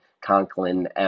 Conklin